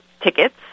tickets